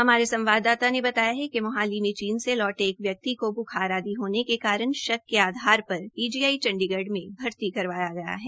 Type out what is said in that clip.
हमारे संवाददाता ने बताया कि मोहाली में चीन से लौटे एक व्यक्ति को बुखार आदि होने के कारण शक के आधार पर पीजीआई चंडीगढ़ में भर्ती करवाया गया है